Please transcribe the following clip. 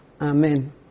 Amen